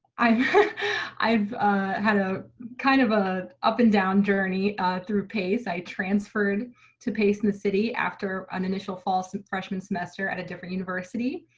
i've had ah kind of a up and down journey through pace. i transferred to pace in the city after an initial fall so freshman semester at a different university.